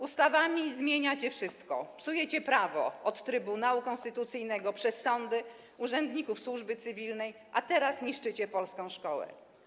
Ustawami zmieniacie wszystko, psujecie prawo od Trybunału Konstytucyjnego, przez sądy, urzędników służby cywilnej, a teraz niszczycie polską szkołę.